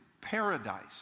Paradise